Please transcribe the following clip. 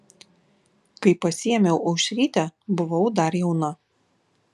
kai pasiėmiau aušrytę buvau dar jauna